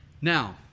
Now